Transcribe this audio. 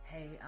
Hey